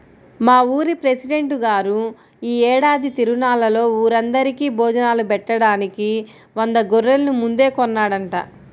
మా ఊరి పెసిడెంట్ గారు యీ ఏడాది తిరునాళ్ళలో ఊరందరికీ భోజనాలు బెట్టడానికి వంద గొర్రెల్ని ముందే కొన్నాడంట